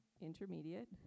intermediate